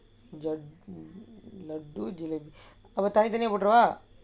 அப்புறம் தனி தனியா போட்டிடவா:appuram tani taniyaa pottidavaa